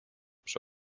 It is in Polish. przy